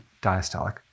diastolic